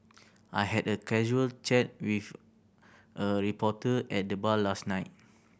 I had a casual chat with a reporter at the bar last night